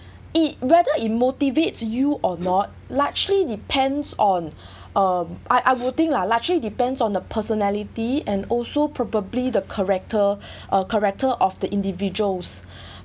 it whether it motivates you or not largely depends on um I I will think lah largely depends on the personality and also probably the character uh character of the individuals